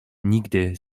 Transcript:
nigdy